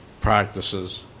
practices